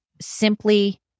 simply